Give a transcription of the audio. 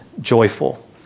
joyful